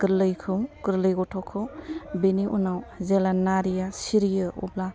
गोरलैखौ गोरलै गथ'खौ बिनि उनाव जेला नारिया सिरियो अब्ला